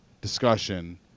discussion